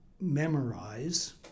memorize